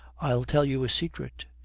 i'll tell you a secret.